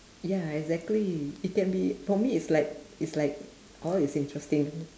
ya exactly it can be for me it's like it's like all is interesting